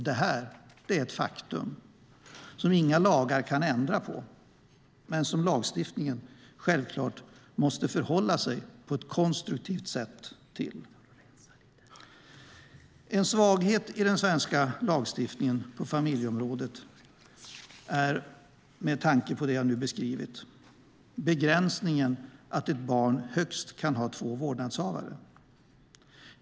Det är ett faktum som inga lagar kan ändra på men som lagstiftningen självklart måste förhålla sig till på ett konstruktivt sätt. En svaghet i den svenska lagstiftningen på familjeområdet är, med tanke på det jag nu har beskrivit, begränsningen att ett barn kan ha högst två vårdnadshavare.